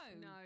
No